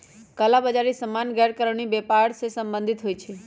कला बजारि सामान्य गैरकानूनी व्यापर से सम्बंधित होइ छइ